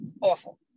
awful